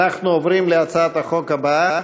אנחנו עוברים להצעת החוק הבאה,